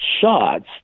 shots